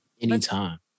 Anytime